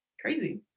crazy